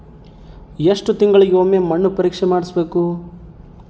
ಎಷ್ಟು ತಿಂಗಳಿಗೆ ಒಮ್ಮೆ ಮಣ್ಣು ಪರೇಕ್ಷೆ ಮಾಡಿಸಬೇಕು?